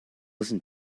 listen